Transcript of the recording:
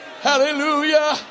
Hallelujah